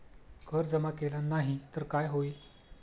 कर जमा केला नाही तर काय होईल?